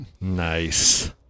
Nice